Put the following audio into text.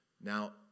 Now